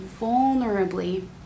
vulnerably